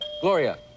gloria